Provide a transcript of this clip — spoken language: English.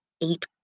eight